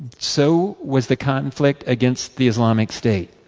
so was the conflict against the islamic state.